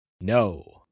No